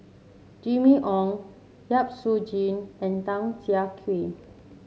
Jimmy Ong Yap Su and Tan Siah Kwee